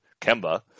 Kemba